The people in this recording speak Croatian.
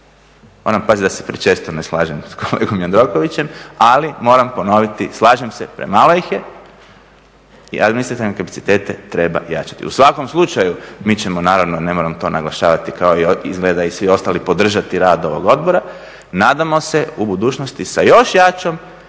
moram paziti da se prečesto ne slažem sa kolegom Jandrokovićem, ali moram ponoviti slažem se premalo ih je i administrativne kapacitete treba jačati. U svakom slučaju mi ćemo naravno, ne moramo to naglašavati kao izgleda i svi ostali podržati rad ovog odbora. Nadamo se u budućnosti sa još jačom,